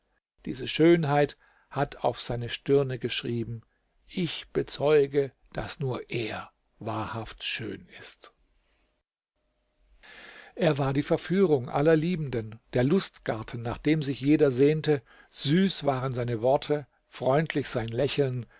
die schönheit hat auf seine stirne geschrieben ich bezeuge daß nur er wahrhaft schön ist er war die verführung aller liebenden der lustgarten nach dem jeder sich sehnte süß waren seine worte freundlich sein lächeln